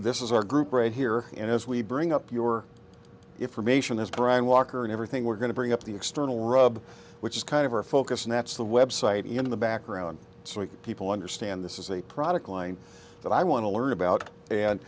this is our group right here and as we bring up your if from ation as brian walker and everything we're going to bring up the external rub which is kind of our focus now that's the website in the background to make people understand this is a product line that i want to learn about and